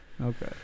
Okay